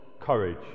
courage